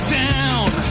down